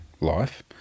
life